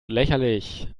lächerlich